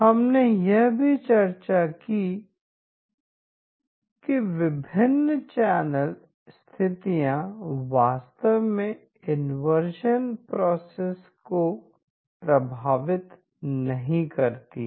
हमने यह भी चर्चा की कि विभिन्न चैनल स्थितियां वास्तव में इंवर्जन प्रोसेस को प्रभावित नहीं करती हैं